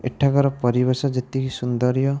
ଏଠାକାର ପରିବେଶ ଯେତିକି ସୁନ୍ଦରିୟ